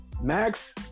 Max